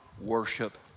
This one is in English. worship